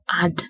add